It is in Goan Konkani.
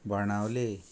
बाणावलें